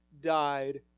died